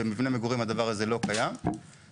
דבר שלא קיים במבני מגורים.